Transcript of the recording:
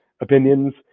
opinions